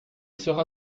sera